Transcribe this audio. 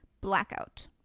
blackout